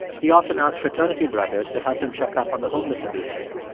he often asked fraternity brothers to help him check up on the homeless in the area.